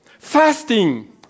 Fasting